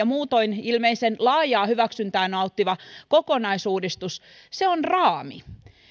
muutoin ilmeisen laajaa hyväksyntää nauttiva kokonaisuudistus on raami